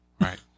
Right